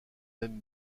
même